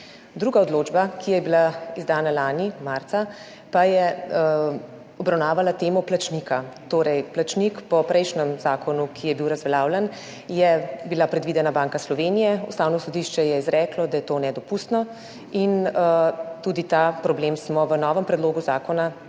Druga odločba, ki je bila izdana lani marca, pa je obravnavala temo plačnika. Torej, plačnik po prejšnjem zakonu, ki je bil razveljavljen, je bil predviden, in sicer Banka Slovenije, Ustavno sodišče je izreklo, da je to nedopustno in tudi ta problem smo naslovili v novem predlogu zakona, tem,